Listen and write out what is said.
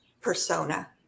persona